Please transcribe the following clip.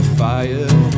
fire